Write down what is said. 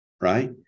right